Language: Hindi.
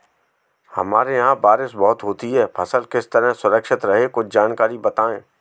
हमारे यहाँ बारिश बहुत होती है फसल किस तरह सुरक्षित रहे कुछ जानकारी बताएं?